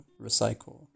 recycle